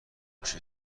پیش